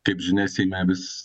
kaip žinia seime vis